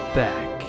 back